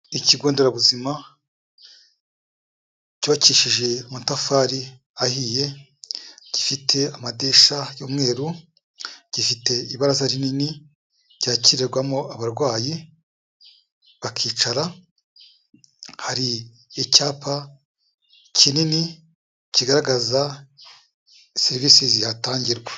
Ikigo nderabuzima cyubakishije amatafari ahiye, gifite amadirishya y'umweru, gifite ibaraza rinini ryakirirwamo abarwayi, bakicara, hari icyapa kinini kigaragaza serivisi zihatangirwa.